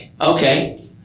Okay